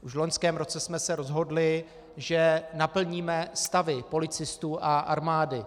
Už v loňském roce jsme se rozhodli, že naplníme stavy policistů a armády.